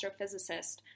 astrophysicist